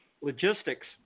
logistics